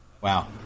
Wow